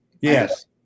Yes